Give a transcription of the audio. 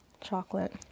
chocolate